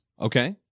Okay